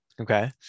Okay